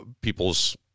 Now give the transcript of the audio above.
people's